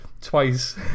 Twice